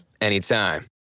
anytime